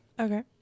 Okay